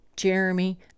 Jeremy